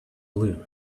blue